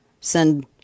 send